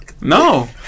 No